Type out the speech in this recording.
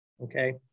Okay